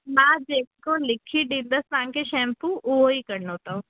मां जेको लिखी ॾींदसि तव्हांखे शैंम्पू उहेई करिणो अथव